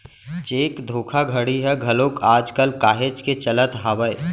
cheque धोखाघड़ी ह घलोक आज कल काहेच के चलत हावय